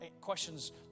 questions